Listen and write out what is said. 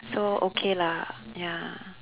so okay lah ya